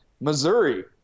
Missouri